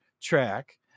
track